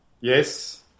Yes